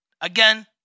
Again